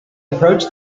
approached